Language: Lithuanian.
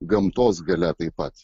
gamtos galia taip pat